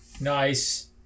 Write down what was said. Nice